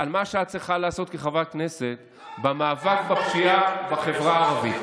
שאת צריכה לעשות כחברת כנסת במאבק בפשיעה בחברה הערבית.